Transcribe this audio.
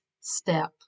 step